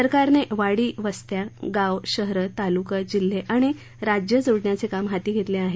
सरकारने वाडीवस्त्यागावे शहरे तालुके जिल्हे आणि राज्य जोडण्याचे काम हाती घेतले आहे